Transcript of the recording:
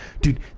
Dude